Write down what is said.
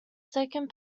second